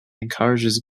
encourages